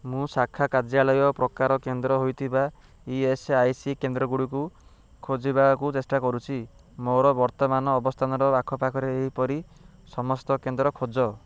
ମୁଁ ଶାଖା କାର୍ଯ୍ୟାଳୟ ପ୍ରକାର କେନ୍ଦ୍ର ହୋଇଥିବା ଇ ଏସ୍ ଆଇ ସି କେନ୍ଦ୍ରଗୁଡ଼ିକ ଖୋଜିବାକୁ ଚେଷ୍ଟା କରୁଛି ମୋର ବର୍ତ୍ତମାନ ଅବସ୍ଥାନର ଆଖପାଖରେ ଏହିପରି ସମସ୍ତ କେନ୍ଦ୍ର ଖୋଜ